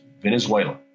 Venezuela